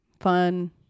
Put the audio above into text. fun